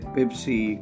Pepsi